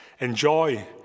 enjoy